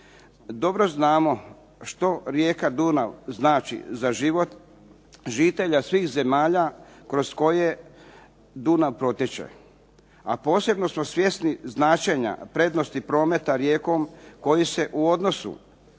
Dobro znamo što rijeka Dunav znači za život žitelja svih zemalja kroz koje Dunav protječe,a posebno smo svjesni značenja prednosti prometa rijekom koji se u odnosu